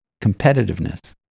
competitiveness